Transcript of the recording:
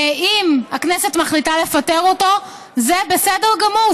אם הכנסת מחליטה לפטר אותו זה בסדר גמור,